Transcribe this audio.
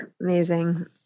Amazing